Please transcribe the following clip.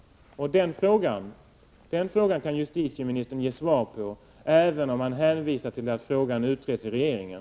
Den frågan kan justitieministern ge svar på, även om han hänvisar till att frågan utreds inom regeringen.